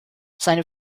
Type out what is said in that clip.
seine